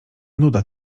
nuda